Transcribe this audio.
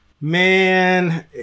Man